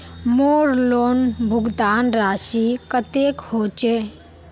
मोर लोन भुगतान राशि कतेक होचए?